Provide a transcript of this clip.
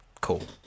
cool